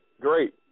great